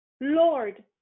Lord